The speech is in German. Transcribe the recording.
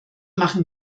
machen